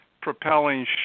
propelling